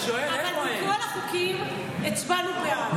אבל בכל החוקים הצבענו בעד.